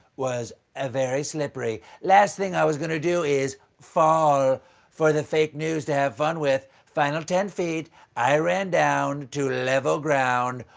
was ah very slippery. the last thing i was going to do is fall for the fake news to have fun with. final ten feet i ran down to level ground.